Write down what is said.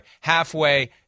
halfway